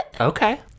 Okay